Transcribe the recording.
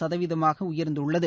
சதவீதமாக உயர்ந்துள்ளது